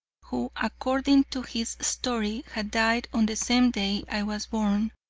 who, according to his story, had died on the same day i was born,